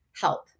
help